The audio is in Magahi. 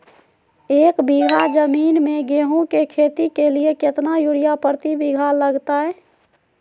एक बिघा जमीन में गेहूं के खेती के लिए कितना यूरिया प्रति बीघा लगतय?